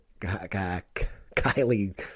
Kylie